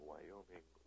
Wyoming